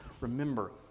remember